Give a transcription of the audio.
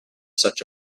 such